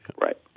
Right